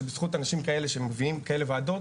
שבזכות אנשים כאלה שמביאים כאלה ועדות,